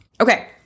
Okay